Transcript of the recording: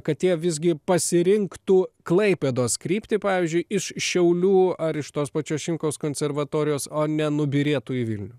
kad jie visgi pasirinktų klaipėdos kryptį pavyzdžiui iš šiaulių ar iš tos pačios šimkaus konservatorijos o nenubyrėtų į vilnių